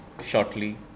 shortly